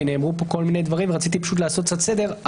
כי נאמרו פה כל מיני דברים ורציתי לעשות קצת סדר.